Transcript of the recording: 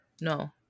No